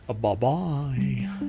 Bye-bye